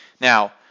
Now